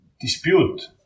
dispute